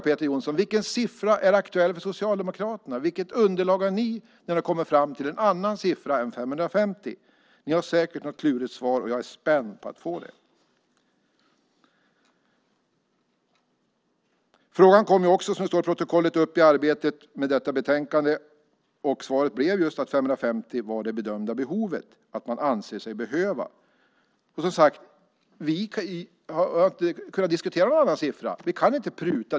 Peter Jonsson, vilken siffra är aktuell för Socialdemokraterna? Vilket underlag har ni haft när ni har kommit fram till en annan siffra än 550? Ni har säkert ett klurigt svar. Jag är spänd på att få det. Frågan kom också, som det står i protokollet, upp i arbetet med detta betänkande. Svaret blev just att 550 timmar är det bedömda behovet, vad man anser sig behöva. Som sagt: Vi har inte kunnat diskutera någon annan siffra. Vi kan inte pruta.